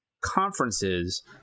conferences